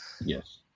Yes